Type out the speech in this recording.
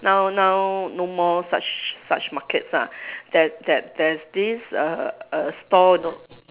now now no more such such markets ah that that there's this err err stall know